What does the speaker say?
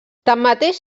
tanmateix